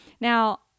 Now